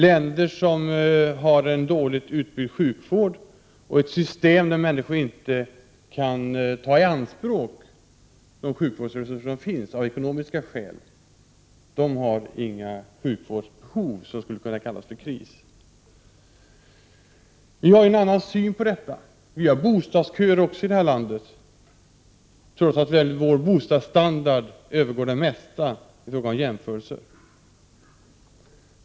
Länder som har en dåligt utbyggd sjukvård eller ett sådant system att människor av ekonomiska skäl inte kan ta i anspråk de sjukvårdsresurser som finns har alltså inga sjukvårdsbehov som skulle förtjäna benämningen kris! Vi har en annan syn på detta. Vi har här i landet också bostadsköer, trots att vår bostadsstandard övergår det mesta vid en jämförelse.